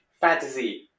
fantasy